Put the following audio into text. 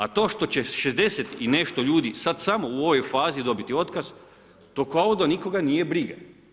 A to što će 60 i nešto ljudi sad samo u ovoj fazi dobiti otkaz, to kao da nikoga nije briga.